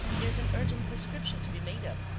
there's an urgent prescription to be made up.